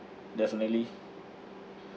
definitely